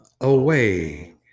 away